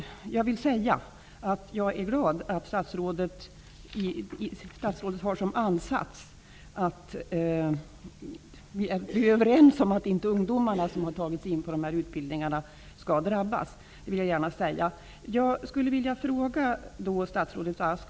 Jag är glad att statsrådet och jag är överens om att inte ungdomarna som har tagits in på de här utbildningarna skall drabbas -- det vill jag gärna säga.